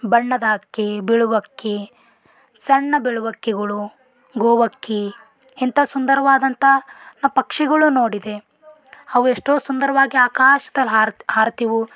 ಬಣ್ಣದ ಹಕ್ಕಿ ಬಿಳುವಕ್ಕಿ ಸಣ್ಣ ಬಿಳುವಕ್ಕಿಗಳು ಗೋವಕ್ಕಿ ಇಂಥ ಸುಂದರವಾದಂಥ ಪಕ್ಷಿಗಳು ನೋಡಿದೆ ಅವು ಎಷ್ಟೋ ಸುಂದರವಾಗಿ ಆಕಾಶದಲ್ಲಿ ಹಾರು ಹಾರ್ತೀವು